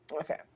okay